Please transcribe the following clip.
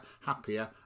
happier